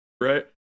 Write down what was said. right